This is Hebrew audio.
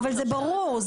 זה ברור.